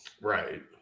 Right